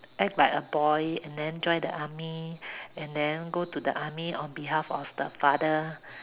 act like a boy and then join the army and then go to the army on behalf of the father